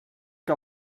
que